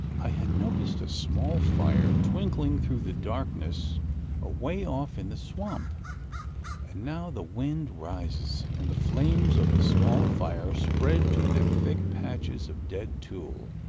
i had noticed a small fire, twinkling through the darkness away off in the swamp and now the wind rises and the flames of the small fire spread to the thick patches of dead tuile.